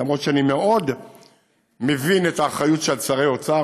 למרות שאני מאוד מבין את האחריות שעל שרי אוצר,